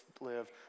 live